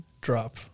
drop